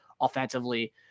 offensively